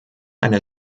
eine